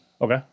Okay